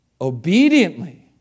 obediently